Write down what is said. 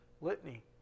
litany